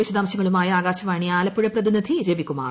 വിശദാംശങ്ങളുമായി ആകാശവാണി ആലപ്പുഴ പ്രതിനിധി രവി കുമാർ